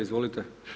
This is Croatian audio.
Izvolite.